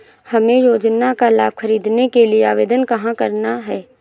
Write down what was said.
हमें योजना का लाभ ख़रीदने के लिए आवेदन कहाँ करना है?